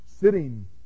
sitting